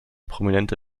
prominente